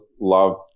love